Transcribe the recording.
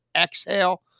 exhale